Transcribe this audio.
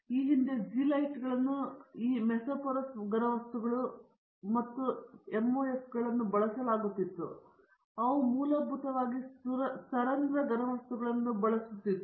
ಈ ಹಿಂದೆ ಝೀಲೈಟ್ಗಳನ್ನು ಈಗ ಮೆಸೊಪೊರಸ್ ಘನವಸ್ತುಗಳು ಮತ್ತು ಈ MOF ಗಳನ್ನು ಬಳಸಲಾಗುತ್ತಿತ್ತು ಮತ್ತು ಅವು ಮೂಲಭೂತವಾಗಿ ಸರಂಧ್ರ ಘನವಸ್ತುಗಳನ್ನು ಬಳಸಲಾಗುತ್ತಿದೆ